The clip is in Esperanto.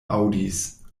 aŭdis